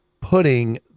putting